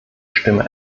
stimme